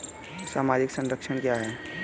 सामाजिक संरक्षण क्या है?